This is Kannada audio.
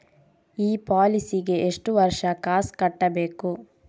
ಈ ಪಾಲಿಸಿಗೆ ಎಷ್ಟು ವರ್ಷ ಕಾಸ್ ಕಟ್ಟಬೇಕು?